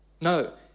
No